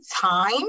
time